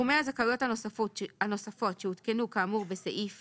סכומי הזכאויות הנוספות שעודכנו כאמור בסעיף